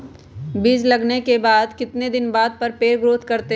बीज लगाने के बाद कितने दिन बाद पर पेड़ ग्रोथ करते हैं?